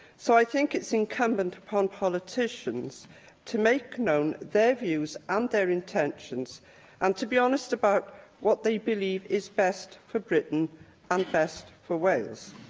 so, i think it's incumbent upon politicians to make known their views and their intentions and to be honest about what they believe is best for britain and best for wales.